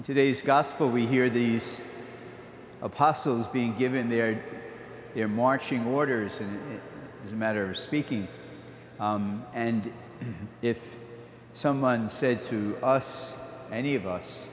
in today's gospel we hear these apostles being given their their marching orders and it's a matter of speaking and if someone said to us any of us